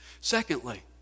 Secondly